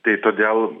tai todėl